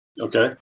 Okay